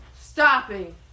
Stopping